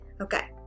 Okay